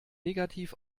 negativ